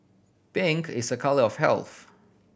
pink is a colour of health